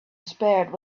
spared